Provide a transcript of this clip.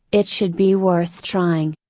it should be worth trying.